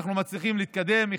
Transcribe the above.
ואנחנו מצליחים להתקדם.